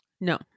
No